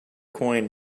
coin